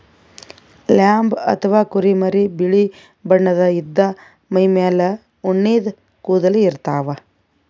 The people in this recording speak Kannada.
ಲ್ಯಾಂಬ್ ಅಥವಾ ಕುರಿಮರಿ ಬಿಳಿ ಬಣ್ಣದ್ ಇದ್ದ್ ಮೈಮೇಲ್ ಉಣ್ಣಿದ್ ಕೂದಲ ಇರ್ತವ್